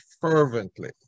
fervently